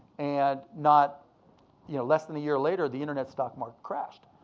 and not you know less than a year later, the internet stock market crashed,